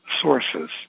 sources